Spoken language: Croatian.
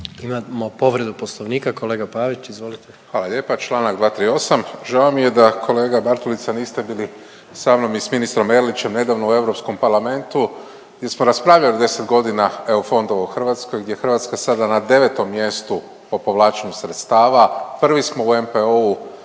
Imamo povredu Poslovnika kolega Pavić, izvolite. **Pavić, Marko (HDZ)** Hvala lijepa. Članak 238. žao mi je da kolega Bartulica niste bili sa mnom i sa ministrom Erlićem nedavno u Europskom parlamentu. Jesmo raspravljali 10 godina EU fondova u Hrvatskoj gdje je Hrvatska sada na 9. mjestu po povlačenju sredstava. Prvi smo u NPO-u